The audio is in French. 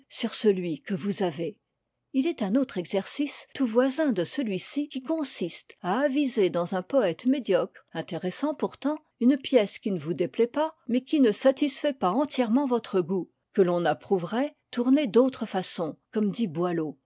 sur celui que vous avez il est un autre exercice tout voisin de celui-ci qui consiste à aviser dans un poète médiocre intéressant pourtant une pièce qui ne vous déplaît pas mais qui ne satisfait pas entièrement votre goût que l'on approuverait tournée d'autre façon comme dit